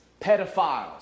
Pedophiles